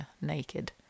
naked